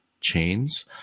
chains